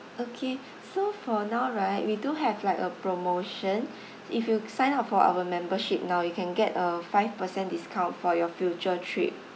okay so for now right we do have like a promotion if you sign up for our membership now you can get a five percent discount for your future trip